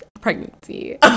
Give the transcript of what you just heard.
pregnancy